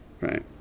Right